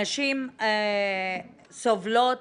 הנשים סובלות